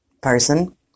person